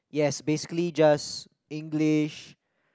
yes basically just English